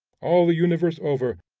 all the universe over,